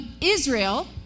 Israel